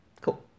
cool